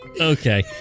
Okay